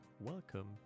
welcome